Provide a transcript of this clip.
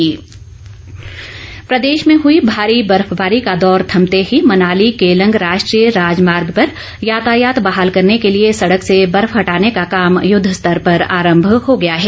मौसम प्रदेश में हई भारी बर्फबारी का दौर थमते ही मनाली केलंग राष्ट्रीय राजमार्ग पर यातायात बहाल करने के लिए सड़क से बर्फ हटाने का काम युद्ध स्तर पर आरंभ हो गया है